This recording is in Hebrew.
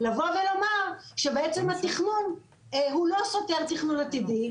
לבוא ולומר שבעצם התכנון הוא לא סותר תכנון עתידי.